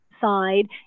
side